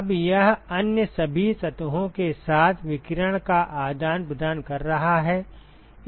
अब यह अन्य सभी सतहों के साथ विकिरण का आदान प्रदान कर रहा है